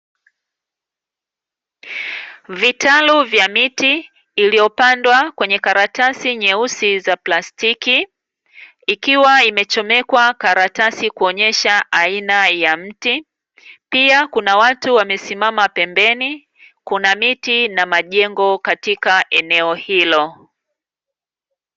Vitalu vya miti iliyopandwa kwenye karatasi nyeusi za plastiki ikiwa imechomekwa karatasi kuonyesha aina ya mti, pia kuna watu wamesimama pembeni kuna miti na majengo katika eneo hilo.